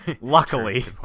Luckily